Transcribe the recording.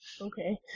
Okay